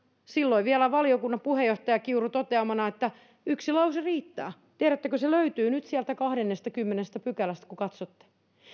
silloin vielä valiokunnan puheenjohtaja kiurun toteamana että yksi lause riittää ja tiedättekö se löytyy nyt sieltä kahdennestakymmenennestä pykälästä kun katsotte